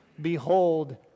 Behold